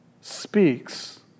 speaks